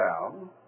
down